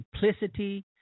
simplicity